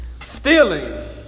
Stealing